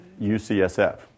UCSF